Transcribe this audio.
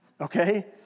Okay